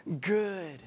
good